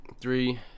Three